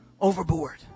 Overboard